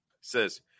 says